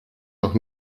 noch